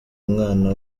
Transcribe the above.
umwana